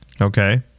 Okay